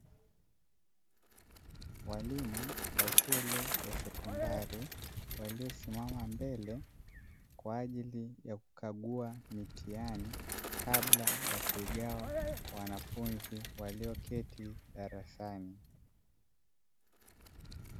Walimu wa shule ya sekondari, waliosimama mbele kwa ajili ya kukagua mitihani kabla ya kuigawa kwa wanafunzi walioketi darasani.